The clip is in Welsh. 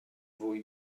fwy